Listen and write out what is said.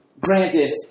Granted